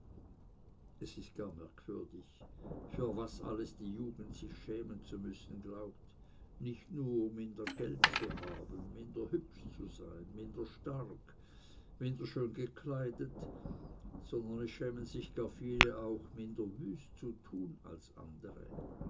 es ist gar merkwürdig für was alles die jugend sich schämen zu müssen glaubt nicht nur minder geld zu haben minder hübsch zu sein minder stark minder schon gekleidet sondern es schämen sich gar viele auch minder wüst zu tun als andere